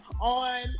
on